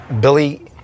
Billy